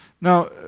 Now